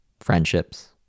friendships